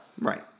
right